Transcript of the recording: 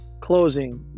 closing